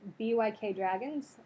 BYKDragons